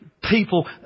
people